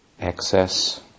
excess